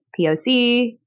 POC